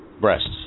breasts